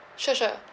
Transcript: sure sure